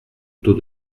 taux